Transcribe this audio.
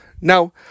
Now